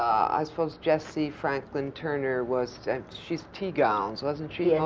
i suppose jessie franklin turner was she's tea gowns, wasn't she, yeah